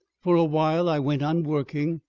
for a while i went on working,